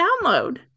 download